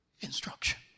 instruction